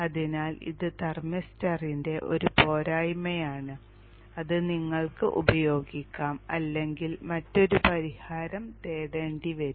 അതിനാൽ ഇത് തെർമിസ്റ്ററിന്റെ ഒരു പോരായ്മയാണ് അത് നിങ്ങൾക്ക് ഉപയോഗിക്കാം അല്ലെങ്കിൽ മറ്റൊരു പരിഹാരം തേടേണ്ടിവരും